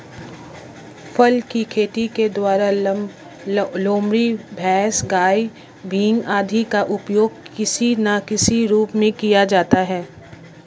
फर की खेती के द्वारा लोमड़ी, भैंस, गाय, मिंक आदि का उपयोग किसी ना किसी रूप में किया जाता है